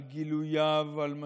על שיטותיו, על גילויו, על מסקנותיו,